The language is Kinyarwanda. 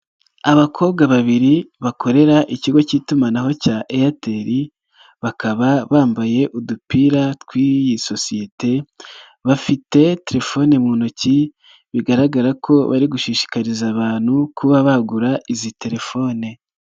Abakobwa babiri bakorera ikigo cy'itumanaho cya Airtel bakaba bambaye udupira tw'iyi sosiyete, bafite telefone mu ntoki bigaragara ko bari gushishikariza abantu kuba bagura izi telefone.